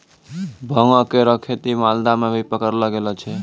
भांगो केरो खेती मालदा म भी पकड़लो गेलो छेलय